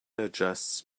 adjusts